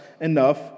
enough